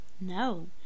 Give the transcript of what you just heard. No